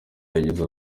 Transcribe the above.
yagize